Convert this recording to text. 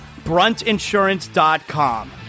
BruntInsurance.com